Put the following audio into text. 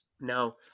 Now